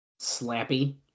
Slappy